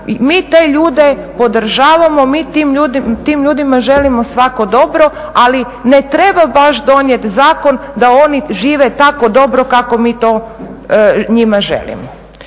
Mi te ljude podržavamo, mi tim ljudima želimo svako dobro, ali ne treba baš donijeti zakon da oni žive tako dobro kako mi to njima želimo.